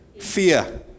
fear